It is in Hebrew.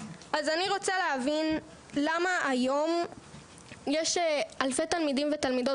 אני רוצה להבין למה היום יש אלפי תלמידים ותלמידות